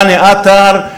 דני עטר,